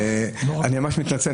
אני ממש מתנצל,